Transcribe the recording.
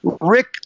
rick